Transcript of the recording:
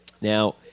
Now